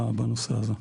בנושא הזה.